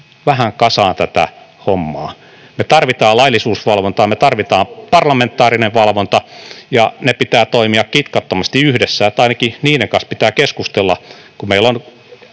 vähän kasaan tätä hommaa. Me tarvitsemme laillisuusvalvontaa, me tarvitsemme parlamentaarista valvontaa ja niiden pitää toimia kitkattomasti yhdessä, eli ainakin niiden kanssa pitää keskustella, kun meillä on